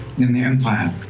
in the empire. or